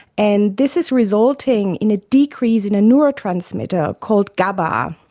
and this is resulting in a decrease in a neurotransmitter called gaba. um